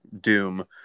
Doom